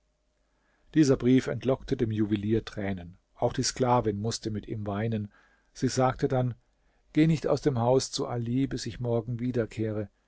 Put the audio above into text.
dieser brief entlockte dem juwelier tränen auch die sklavin mußte mit ihm weinen sie sagte dann geh nicht aus dem haus zu ali bis ich morgen wiederkehre